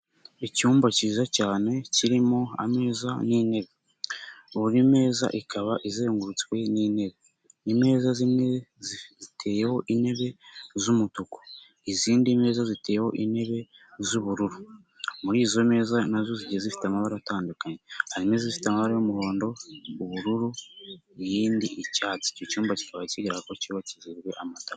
Icyumba cyiza cyane kirimo ameza n'intebe, buri meza ikaba izengurutswe n'intebe, imeza zimwe ziteyeho intebe z'umutuku izindi meza ziteyeho intebe z'ubururu, muri izo meza na zo zigiye zifite amabara atandukanye, hari imeza ifite amabara y'umuhondo, ubururu iyindi icyatsi, icyo cyumba kikaba kigira aho cyubakijwe amatara.